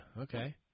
Okay